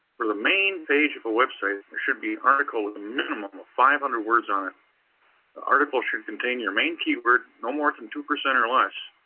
for the main page of a website there should be an article with a minimum of five hundred words on it. the article should contain your main keyword no more than two percent or less.